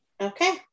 okay